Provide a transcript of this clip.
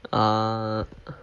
ah